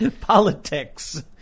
Politics